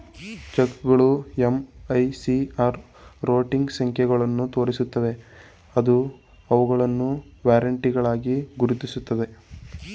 ಚೆಕ್ಗಳು MICR routing ಸಂಖ್ಯೆಗಳನ್ನು ತೋರಿಸುತ್ತವೆ ಅದು ಅವುಗಳನ್ನು ವಾರೆಂಟ್ಗಳಾಗಿ ಗುರುತಿಸುತ್ತದೆ